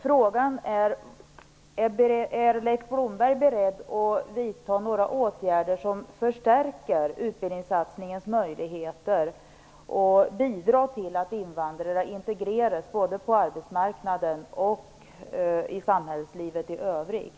Frågan är: Är Leif Blomberg beredd att vidta några åtgärder som förstärker utbildningssatsningens möjligheter att bidra till att invandrare integreras, både på arbetsmarknaden och i samhällslivet i övrigt?